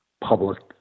public